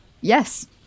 yes